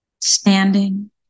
Standing